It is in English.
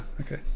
okay